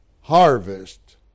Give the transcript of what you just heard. harvest